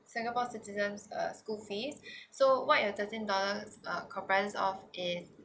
singapore citizen uh school fees so what your thirteen dollars uh comprise of is